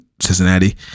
Cincinnati